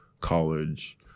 college